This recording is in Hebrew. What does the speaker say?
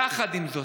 יחד עם זאת,